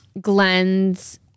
Glenn's